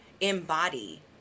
embody